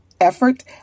effort